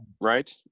Right